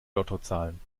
lottozahlen